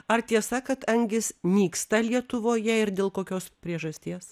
ar tiesa kad angys nyksta lietuvoje ir dėl kokios priežasties